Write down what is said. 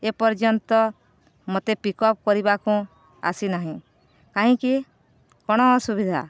ଏପର୍ଯ୍ୟନ୍ତ ମତେ ପିକ୍ଅପ୍ କରିବାକୁ ଆସିନାହିଁ କାହିଁକି କ'ଣ ଅସୁବିଧା